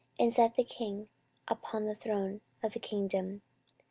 and set the king upon the throne of the kingdom.